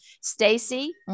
Stacey